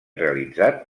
realitzat